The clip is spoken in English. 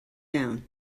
down